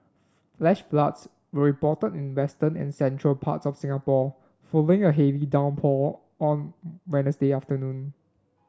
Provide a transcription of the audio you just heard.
flash floods were reported in the western and central parts of Singapore following a heavy downpour on Wednesday afternoon